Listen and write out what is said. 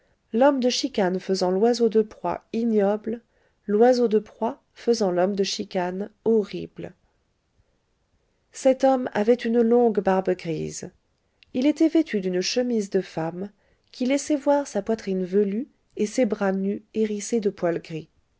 l'homme de chicane faisant l'oiseau de proie ignoble l'oiseau de proie faisant l'homme de chicane horrible cet homme avait une longue barbe grise il était vêtu d'une chemise de femme qui laissait voir sa poitrine velue et ses bras nus hérissés de poils gris